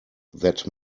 that